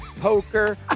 poker